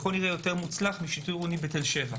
ככל הנראה יותר מוצלח מתל שבע.